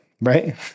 right